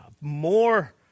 more